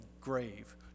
grave